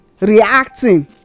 reacting